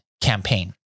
campaign